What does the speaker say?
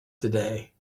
today